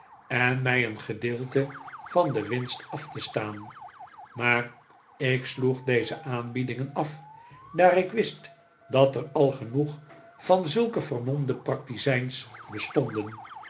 en mij een gedeelte van de winst af te staan maar ik sloeg deze aanbiedingen af daar ik wist dat er al genoeg van zulke vermomde praktizijns bestonden